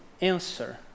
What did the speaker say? answer